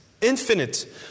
infinite